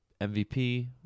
MVP